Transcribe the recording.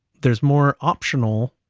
there's more optional